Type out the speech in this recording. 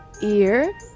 ear